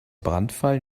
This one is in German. brandfall